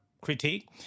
critique